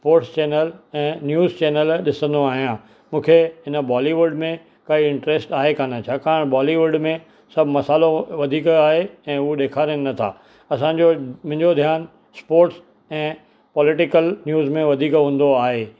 sports channel ऐं news channel ॾिसंदो आहियां मूंखे हिन बॉलीवुड में काई इंट्रस्ट आहे कोन छाकाणि बॉलीवुड में सभु मसालो वधीक आहे ऐं उहा ॾेखारियुनि नथा असांजो मुंहिंजो ध्यानु स्पोट्स ऐं पॉलिटिकल न्यूज़ में वधीक हूंदो आहे